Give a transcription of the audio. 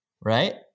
right